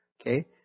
Okay